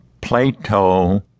Plato